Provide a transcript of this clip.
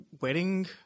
wedding